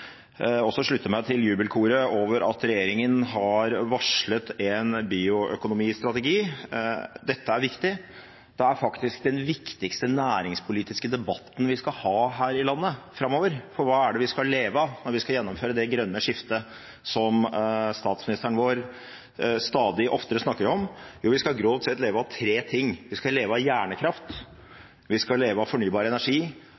meg til jubelkoret over at regjeringen har varslet en bioøkonomistrategi. Dette er viktig. Det er faktisk den viktigste næringspolitiske debatten vi skal ha her i landet framover. For hva er det vi skal leve av når vi skal gjennomføre det grønne skiftet, som statsministeren vår stadig oftere snakker om? Jo, vi skal grovt sett leve av tre ting: Vi skal leve av hjernekraft, vi skal leve av fornybar energi,